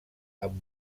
amb